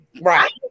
Right